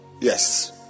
yes